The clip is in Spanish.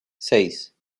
seis